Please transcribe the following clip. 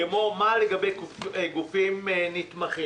כמו למשל מה לגבי גופים נתמכים